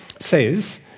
says